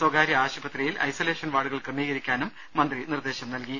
സ്വകാര്യ ആശുപത്രിയിൽ ഐസൊലേഷൻ വാർഡുകൾ ക്രമീകരിക്കാനും മന്ത്രി നിർദ്ദേശം നൽകി